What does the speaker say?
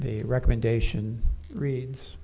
the recommendation reads